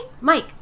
Mike